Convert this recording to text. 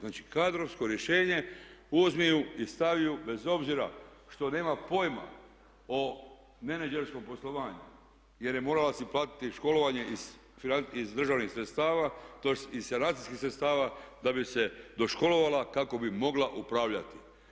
Znači kadrovsko rješenje uzmi ju i stavi ju bez obzira što nema pojma o menadžerskom poslovanju jer je morala si platiti školovanje iz državnih sredstava, tj. iz sanacijskih sredstava da bi se doškolovala kako bi mogla upravljati.